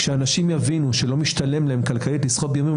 כשאנשים יבינו שלא משתלם להם כלכלית לסחוט באיומים,